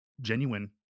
genuine